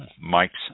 Mike's